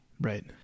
Right